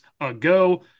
ago